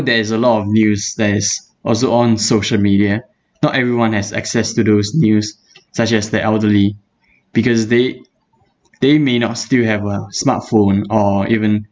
there is a lot of news that's also on social media not everyone has access to those news such as the elderly because they they may not still have a smartphone or even